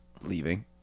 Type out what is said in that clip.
Leaving